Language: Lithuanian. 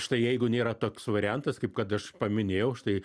štai jeigu nėra toks variantas kaip kad aš paminėjau štai